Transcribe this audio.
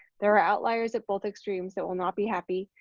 there are outliers at both extremes that will not be happy,